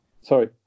sorry